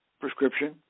prescription